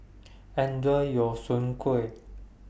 Enjoy your Soon Kueh